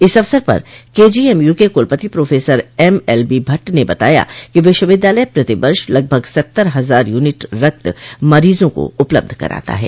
इस अवसर पर केजोएमयू के कुलपति प्रोफेसर एम एलबी भट्ट ने बताया कि विश्वविद्यालय प्रतिवर्ष लगभग सत्तर हजार यूनिट रक्त मरीजों को उपलब्ध कराता है